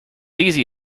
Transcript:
easy